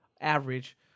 average